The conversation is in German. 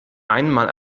einmal